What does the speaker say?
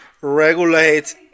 regulate